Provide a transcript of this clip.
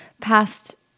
past